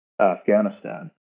Afghanistan